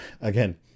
again